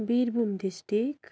Birbhum district